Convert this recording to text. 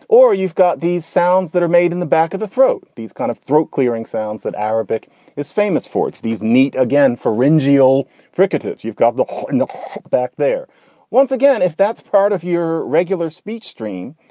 or you've got these sounds that are made in the back of the throat. these kind of throat clearing sounds that arabic is famous for its these neat, again, pharyngeal fricatives. you've got the and go back there once again, if that's part of your regular speech stream.